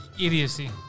idiocy